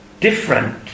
different